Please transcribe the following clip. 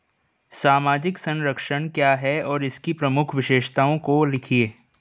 सामाजिक संरक्षण क्या है और इसकी प्रमुख विशेषताओं को लिखिए?